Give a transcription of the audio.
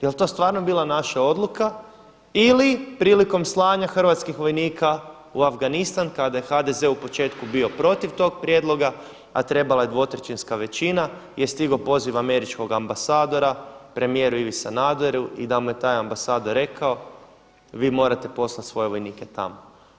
Je li to stvarno bila naša odluka ili prilikom slanja hrvatskih vojnika u Afganistan kada je HDZ u početku bio protiv tog prijedloga a trebala je dvotrećinska većina, je stigao poziv američkog ambasadora premijeru Ivi Sanaderu i da mu je taj ambasador rekao vi morate poslati svoje vojnike tamo.